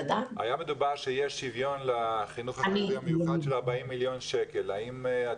דובר שיש שיוון של 40 מיליון שקלים לחינוך החרדי המיוחד.